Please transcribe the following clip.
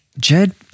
Jed